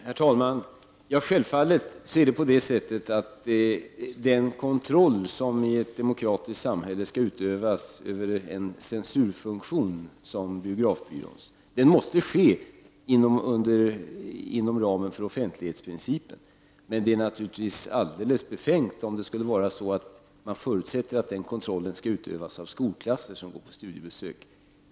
Herr talman! Självfallet måste den kontroll som i ett demokratiskt samhälle skall utövas över en censurfunktion som biografbyråns utövas inom ramen för offentlighetsprincipen, men det vore naturligtvis alldeles befängt om man förutsatte att den kontrollen skulle utövas av skolklasser på studiebesök.